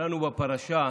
קראנו בפרשה,